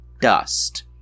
dust